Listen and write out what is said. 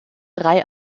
drei